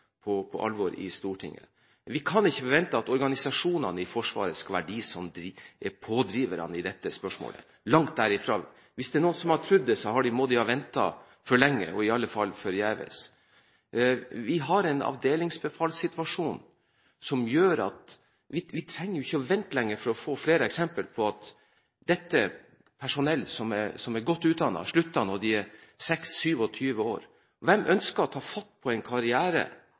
kan ikke forvente at organisasjonene i Forsvaret skal være pådriverne i dette spørsmålet – langt derifra. Hvis det er noen som har trodd det, må de ha ventet for lenge – og i alle fall forgjeves. Vi har en avdelingsbefalssituasjon som tilsier at vi ikke lenger trenger å vente på å få flere eksempler. Dette er personell som er godt utdannet, men som slutter når de er 26–27 år. Hvem ønsker å ta fatt på en karriere